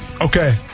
Okay